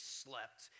slept